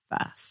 first